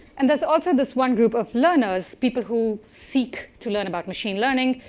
and there's also this one group of learners, people who seeing to learn about machine learning,